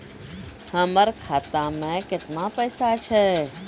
हमर खाता मैं केतना पैसा छह?